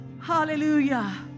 hallelujah